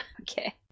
Okay